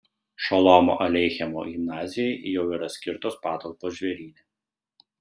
šolomo aleichemo gimnazijai jau yra skirtos patalpos žvėryne